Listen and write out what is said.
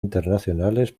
internacionales